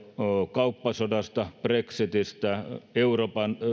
kauppasodasta brexitistä euroopan